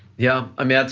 yeah, i mean,